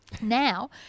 Now